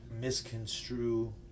misconstrue